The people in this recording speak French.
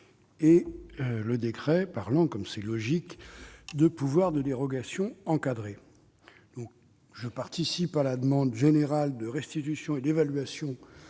et le décret parlant, comme c'est logique, de « pouvoir de dérogation encadré ». Je participe à la demande générale de restitution et d'évaluation